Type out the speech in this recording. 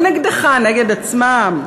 לא נגדך, נגד עצמם.